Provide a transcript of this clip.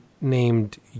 named